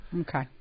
Okay